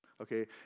okay